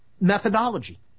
methodology